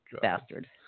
Bastard